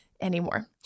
Anymore